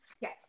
Yes